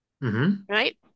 right